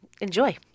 enjoy